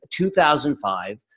2005